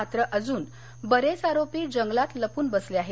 मात्र अजून बरेच आरोपी जंगलात लपून बसले आहेत